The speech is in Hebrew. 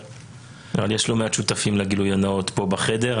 יש לא מעט שותפים לגילוי הנאות הזה פה בחדר,